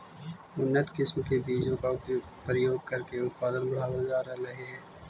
उन्नत किस्म के बीजों का प्रयोग करके उत्पादन बढ़ावल जा रहलइ हे